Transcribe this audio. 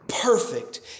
perfect